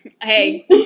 Hey